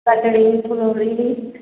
कचड़ी फुलौरी